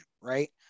right